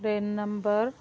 plain number